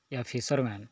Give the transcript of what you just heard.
ୟା fisherman